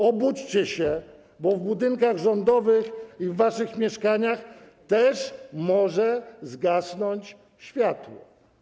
Obudźcie się, bo w budynkach rządowych i w waszych mieszkaniach też może zgasnąć światło.